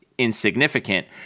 insignificant